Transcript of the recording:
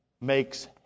makes